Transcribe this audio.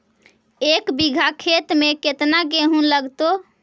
एक बिघा खेत में केतना गेहूं लगतै?